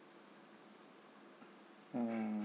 mm